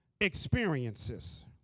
experiences